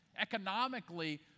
Economically